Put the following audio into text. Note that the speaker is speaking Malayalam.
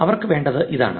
അവർക്ക് വേണ്ടത് ഇതാണ്